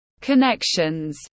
connections